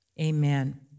Amen